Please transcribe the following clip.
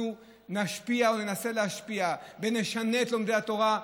נשפיע או ננסה להשפיע ונשנה את לומדי התורה,